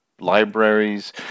libraries